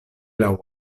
laŭ